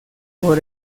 por